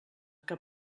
que